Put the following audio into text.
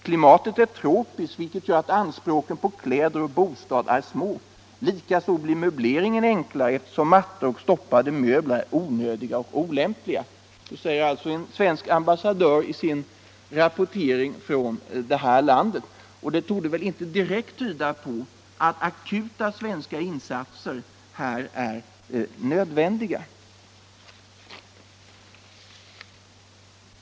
Klimatet är tropiskt, vilket gör att anspråken på kläder och bostad är små. Likaså blir möbleringen enklare eftersom mattor och stoppade möbler är onödiga och olämpliga.” Detta säger alltså en svensk ambassadör i sin rapportering från detta land, och det torde ju inte direkt tyda på att akuta svenska insatser här är nödvändiga.